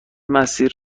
مسیر